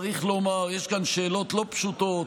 צריך לומר שיש כאן שאלות לא פשוטות,